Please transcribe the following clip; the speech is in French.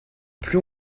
plus